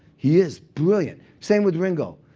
he is brilliant. same with ringo